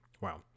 Wow